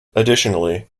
additionally